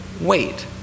wait